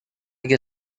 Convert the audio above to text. get